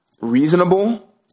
reasonable